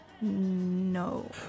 No